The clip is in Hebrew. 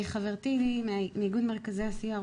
חברתי מאיגוד מרכזי הסיוע,